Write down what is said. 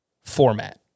format